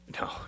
No